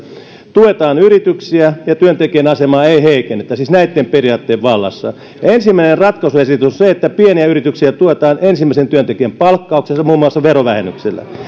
tuetaan yrityksiä ja työntekijän asemaa ei heikennettä siis näitten periaatteiden vallassa ensimmäinen ratkaisuesitys on se että pieniä yrityksiä tuetaan ensimmäisen työntekijän palkkauksessa muun muassa verovähennyksellä